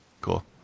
Cool